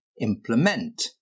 Implement